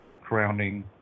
crowning